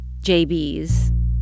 JBs